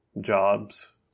jobs